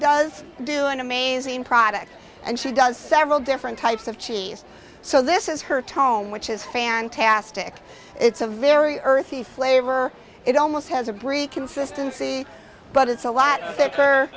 does do an amazing product and she does several different types of cheese so this is her tone which is fantastic it's a very earthy flavor it almost has a brick consistency but it's a lot